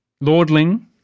Lordling